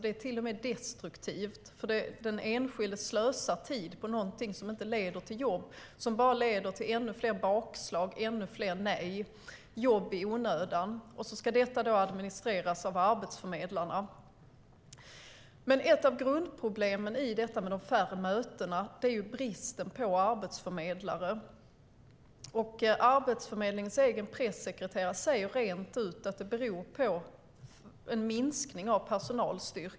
Det är till och med destruktivt, för den enskilde slösar tid på något som inte leder till jobb utan bara till ännu fler bakslag och ännu fler nej. Det blir jobb i onödan för den arbetssökande, och sedan ska detta administreras av arbetsförmedlarna. Ett av grundproblemen i detta med de färre mötena är bristen på arbetsförmedlare. Arbetsförmedlingens egen pressekreterare säger rent ut att det beror på en minskning av personalstyrkan.